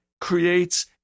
creates